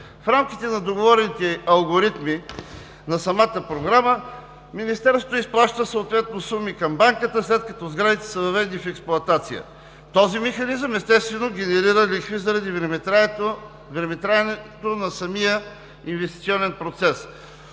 В рамките на договорите алгоритми на самата Програма Министерството изпраща съответно суми към Банката, след като сградите са въведи в експлоатация. Този механизъм естествено генерира лихви заради времетраенето на самия инвестиционен процес.